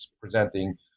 presenting